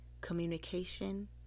communication